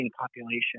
population